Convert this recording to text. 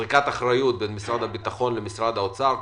הרבה מאוד זריקת אחריות בין משרד הביטחון לבין משרד האוצר.